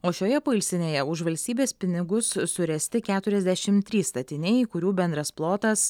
o šioje poilsinėje už valstybės pinigus suręsti keturiasdešim trys statiniai kurių bendras plotas